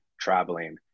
traveling